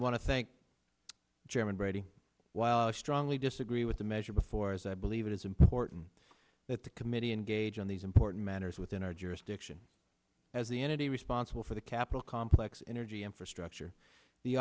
want to thank jim and brady while i strongly disagree with the measure before as i believe it is important that the committee engage on these important matters within our jurisdiction as the entity responsible for the capitol complex energy infrastructure the